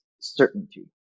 certainty